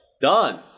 done